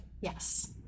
Yes